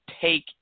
take